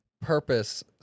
purpose